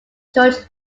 george